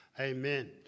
Amen